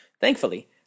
Thankfully